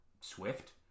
swift